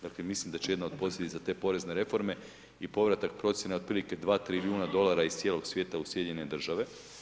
Dakle, mislim da će jedna od posljedica te porezne reforme i povratak procjena otprilike dva trilijuna dolara iz cijelog svijeta u Sjedinjene države.